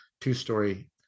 two-story